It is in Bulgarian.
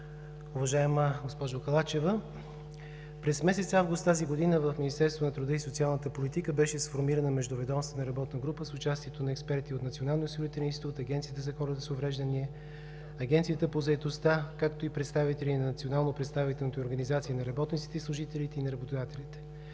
Уважаема госпожо Халачева, през месец август тази година в Министерството на труда и социалната политика беше сформирана междуведомствена работна група с участието на експерти от Националния осигурителен институт, Агенцията за хора с увреждания, Агенцията по заетостта, както и представители на национално представителните организации на работниците и служителите, и на работодателите.